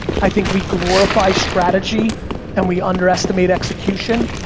i think we glorify strategy and we underestimate execution.